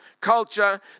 culture